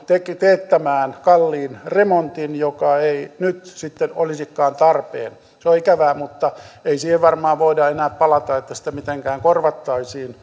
teettämään kalliin remontin joka ei nyt sitten olisikaan tarpeen se on ikävää mutta ei siihen varmaan voida enää palata että sitä mitenkään korvattaisiin